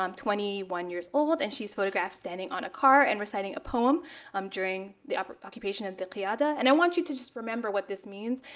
um twenty one years old. and she's photographed standing on a car and reciting a poem um during the occupation at the qiyada. and i want you to just remember what this means.